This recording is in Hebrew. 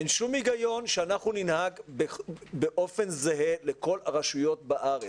אין שום היגיון שאנחנו ננהג באופן זהה לכל הרשויות בארץ.